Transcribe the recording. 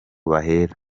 bahera